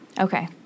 Okay